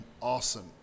awesome